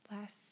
Last